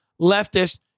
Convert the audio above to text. leftist